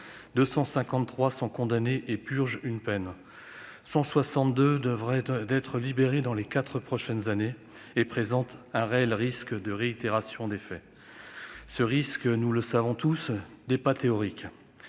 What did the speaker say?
253 sont condamnées et purgent une peine ; 162 devraient être libérées dans les quatre prochaines années et risquent réellement de réitérer leurs actes. Ce risque, nous le savons tous, n'est pas théorique,